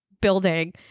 building